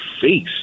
face